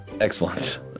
Excellent